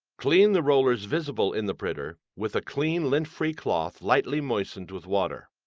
clean the rollers visible in the printer with a clean, lint-free cloth lightly moistened with water.